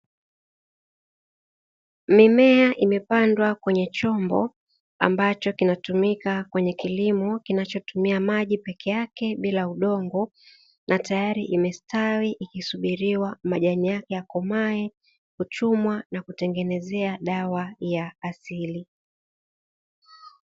Mimea imepandwa kwenye chombo ambacho kinatumika kwenye kilimo kinachotumia maji peke yake bila udongo, na tayari imestawi vizuri ili majani yake yakomae, kuchumwa na kutengenezea dawa ya asili.